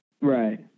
right